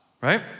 right